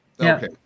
Okay